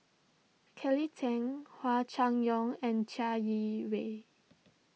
Kelly Tang Hua Chai Yong and Chai Yee Wei